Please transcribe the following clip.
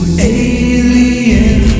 alien